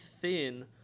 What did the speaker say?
thin